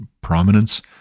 prominence